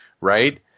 right